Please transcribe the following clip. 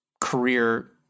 career